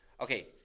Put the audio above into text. okay